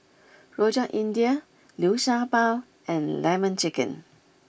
Rojak India Liu Sha Bao and Lemon Chicken